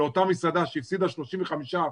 לאותה מסעדה שהפסידה 35%,